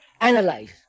analyze